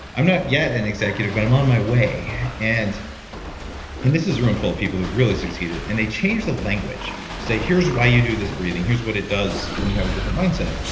i'm not yet an executive, but i'm on my way. and and this was a room full of people who have really succeeded, and they changed the language say, here's why you do this breathing. here's what it does when you have a different mindset.